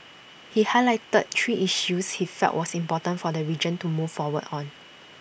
he highlighted three issues he felt was important for the region to move forward on